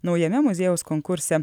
naujame muziejaus konkurse